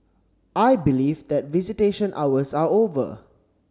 I believe that visitation hours are over